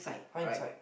fine side